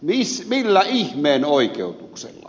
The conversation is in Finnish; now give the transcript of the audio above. millä ihmeen oikeutuksella